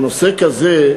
שנושא כזה,